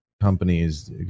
companies